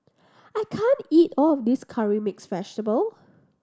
I can't eat all of this curry mix vegetable